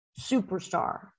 superstar